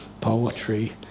poetry